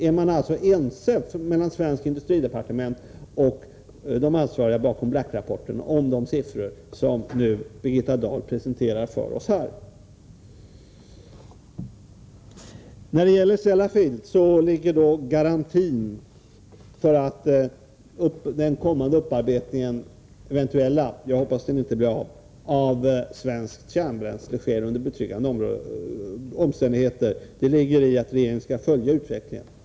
Är man alltså inom det svenska industridepartementet ense med de ansvariga bakom Blackrapporten om de siffror som Birgitta Dahl nu presenterar för oss? När det gäller den eventuella upparbetningen i Sellafield — jag hoppas att den inte kommer till stånd — av svenskt kärnbränsle ligger garantin för att den sker under betryggande omständigheter i att regeringen skall följa utvecklingen.